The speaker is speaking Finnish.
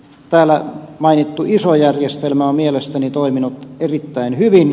täällä mainittu iso järjestelmä on mielestäni toiminut erittäin hyvin